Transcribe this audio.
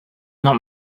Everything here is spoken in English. not